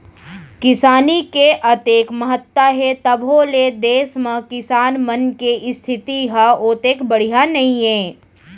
किसानी के अतेक महत्ता हे तभो ले देस म किसान मन के इस्थिति ह ओतेक बड़िहा नइये